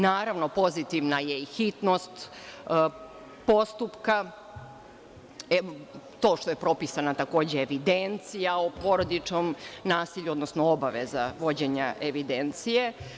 Naravno, pozitivna je i hitnost postupka, to što je propisana takođe evidencija o porodičnom nasilju, odnosno obaveza vođenja evidencije.